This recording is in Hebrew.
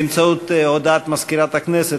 באמצעות הודעת מזכירת הכנסת,